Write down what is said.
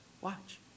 Watch